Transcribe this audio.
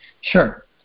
sure